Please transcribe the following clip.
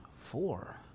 four